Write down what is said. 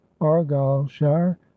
argyleshire